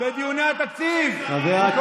בדיוני התקציב הוא קורא לו לרדת כאשר,